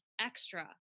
extra